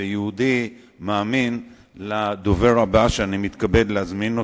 ויהודי מאמין לדובר הבא שאני מתכוון להזמין,